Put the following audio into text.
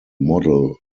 model